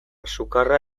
sukarra